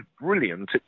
brilliant